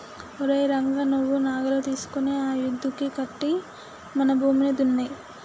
ఓరై రంగ నువ్వు నాగలి తీసుకొని ఆ యద్దుకి కట్టి మన భూమిని దున్నేయి